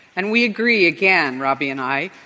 and we agree again, robby and i,